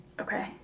Okay